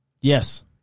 Yes